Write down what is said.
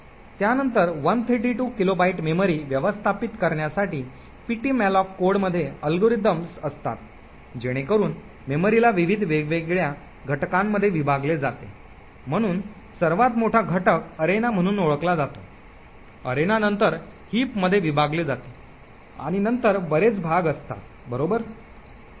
त्यानंतर 132 kilobyte memory व्यवस्थापित करण्यासाठी ptmalloc कोडमध्ये अल्गोरिदम असतात जेणेकरून मेमरीला विविध वेगवेगळ्या घटकांमध्ये विभागले जाते म्हणून सर्वात मोठा घटक अरेना म्हणून ओळखला जातो अरेना नंतर हिप मध्ये विभागले जाते आणि नंतर बरेच भाग असतात बरोबर